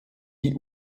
die